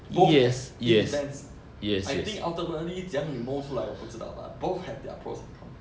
both it depends I think ultimately 这样你 mold 出来我不知道 but both have their pros and cons